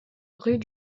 rue